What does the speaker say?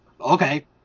Okay